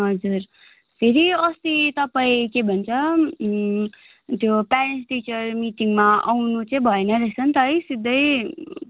हजुर फेरि अस्ति तपाईँ के भन्छ त्यो पेरेन्ट्स टिचर मिटिङमा आउनु चाहिँ भएन रहेछ नि त है सिधै